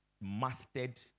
mastered